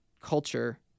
culture